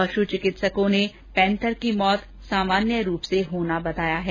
पशु चिकित्सकों ने पैंथर की मौत सामान्य रूप से होना बताया है